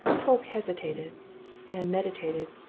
polke hesitated and meditated.